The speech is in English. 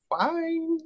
fine